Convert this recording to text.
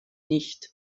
nicht